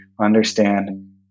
understand